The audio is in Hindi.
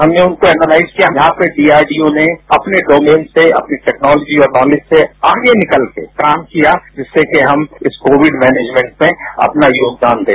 हमने उनको ऐनालाइज किया यहां पर डीआरडीओ ने अपने डोमेन से अपनी टेक्नोलोजी से और नॉलेज से आगे निकलकर काम किया जिससे कि हम इस कोविड मैनेजमेंट में अपना योगदान दें